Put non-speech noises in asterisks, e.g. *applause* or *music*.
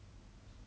*laughs*